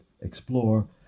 explore